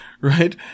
right